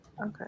Okay